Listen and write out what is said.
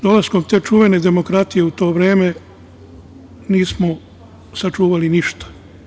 Dolaskom te čuvene demokratije u to vreme nismo sačuvali ništa.